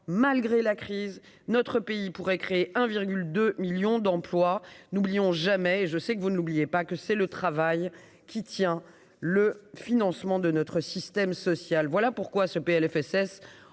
malgré la crise, notre pays pourrait créer 1,2 millions d'emplois n'oublions jamais, et je sais que vous ne l'oubliez pas que c'est le travail qui tient le financement de notre système social, voilà pourquoi ce PLFSS